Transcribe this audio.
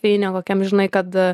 tai ne kokiam žinai kad